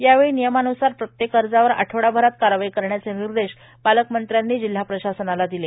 यावेळी नियमानुसार प्रत्येक अर्जावर आठवडाभरात कारवाई करण्याचे निर्देश पालकमंत्र्यांनी जिल्हा प्रशासनाला दिले